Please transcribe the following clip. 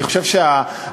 אני חושב שהעניין,